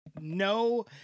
no